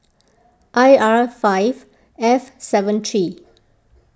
I R five F seven three